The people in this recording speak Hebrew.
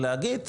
להגיד,